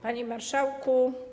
Panie Marszałku!